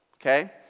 Okay